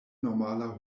normala